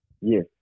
Yes